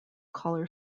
color